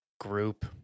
group